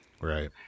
Right